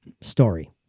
story